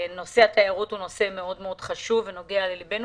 נושא התיירות הוא נושא חשוב ונוגע ללבנו.